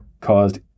caused